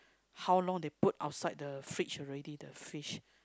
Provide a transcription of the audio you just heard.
how long they put outside the fridge already the fish